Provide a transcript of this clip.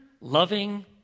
loving